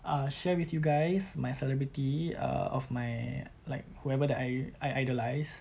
uh share with you guys my celebrity err of my like whoever that I I idolize